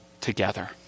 together